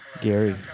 Gary